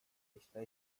está